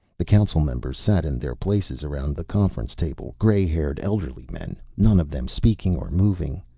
the council members sat in their places around the conference table, gray-haired elderly men, none of them speaking or moving.